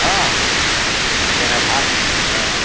অঁ কেনে ভাল অঁ